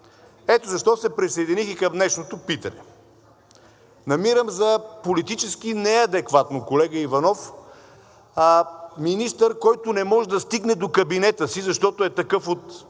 Ето защо се присъединих и към днешното питане. Намирам за политически неадекватно, колега Иванов, министър, който не може да стигне до кабинета си, защото е такъв от